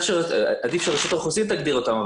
עדיף שרשות האוכלוסין תגדיר אותם.